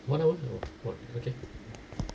one hour oh okay